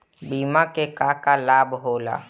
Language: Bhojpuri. बिमा के का का लाभ होला?